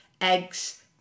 eggs